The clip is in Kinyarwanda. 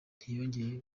ntiyongeye